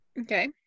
okay